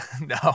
no